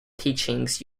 teachings